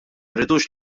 rridux